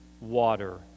water